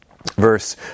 Verse